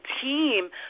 team